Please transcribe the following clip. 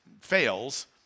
fails